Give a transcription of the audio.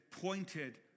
pointed